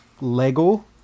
Lego